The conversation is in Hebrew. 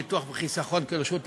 ביטוח וחיסכון כרשות עצמאית.